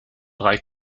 drei